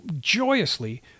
joyously